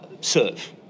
serve